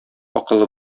акылы